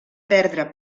perdre